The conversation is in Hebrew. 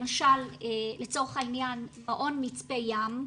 למשל לצורך העניין מעון 'מצפה ים',